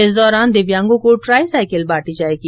इस दौरान दिव्यांगों को ट्राई साईकिल बांटी जायेगी